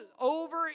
over